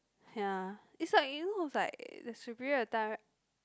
ya it's like you know it's like there's a period of time